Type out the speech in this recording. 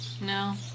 no